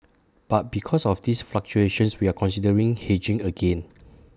but because of these fluctuations we are considering hedging again